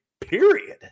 period